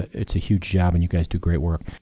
it's a huge job and you guys do great work.